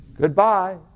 Goodbye